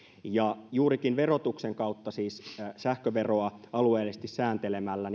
ja juurikin verotuksen kautta siis sähköveroa alueellisesti sääntelemällä